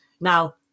Now